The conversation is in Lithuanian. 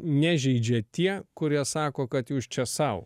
nežeidžia tie kurie sako kad jūs čia sau